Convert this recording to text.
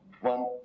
one